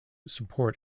support